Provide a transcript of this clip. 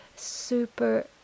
super